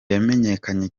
yamenyekanye